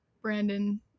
Brandon